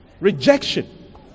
rejection